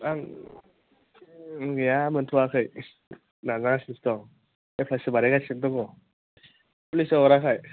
आं गैया मोन्थआखै नाजागासिनोसो दं एप्लाइसो बानायगासिनो दं पुलिसाव हराखै